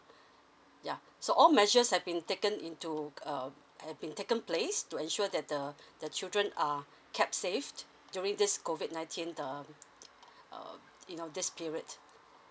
yeah so all measures have been taken into err have been taken place to ensure that the the children are kept safe during this COVID nineteen um err you know this period